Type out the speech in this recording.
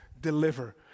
deliver